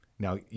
Now